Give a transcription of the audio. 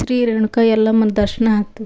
ಶ್ರೀರೇಣುಕಾ ಯಲ್ಲಮ್ಮನ ದರ್ಶನ ಆಯ್ತು